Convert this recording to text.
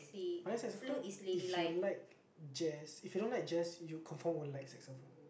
but then saxophone if you like jazz if you don't like jazz you confirm won't like saxophone